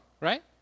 right